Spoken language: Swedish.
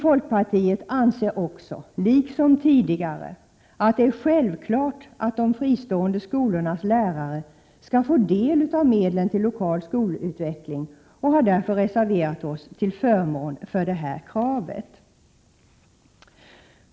Folkpartiet anser också, liksom tidigare, att det är självklart att de fristående skolornas lärare skall få del av medlen till lokal skolutveckling, och vi har därför reserverat oss till förmån för detta krav.